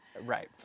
Right